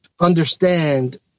understand